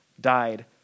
died